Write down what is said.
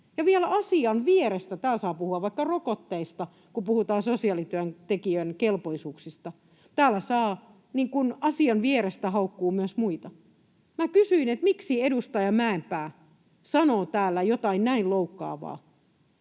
vielä asian vierestä. Täällä saa puhua vaikka rokotteista, kun puhutaan sosiaalityöntekijän kelpoisuuksista. Täällä saa asian vierestä haukkua myös muita. Minä kysyin, miksi edustaja Mäenpää sanoo täällä jotain näin loukkaavaa,